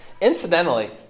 Incidentally